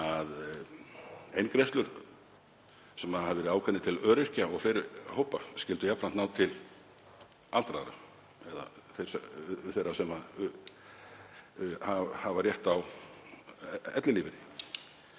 að eingreiðslur sem hafa verið ákveðnar til öryrkja og fleiri hópa skyldu jafnframt ná til aldraðra eða þeirra sem eiga rétt á ellilífeyri,